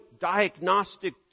diagnostic